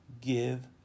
Give